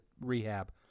rehab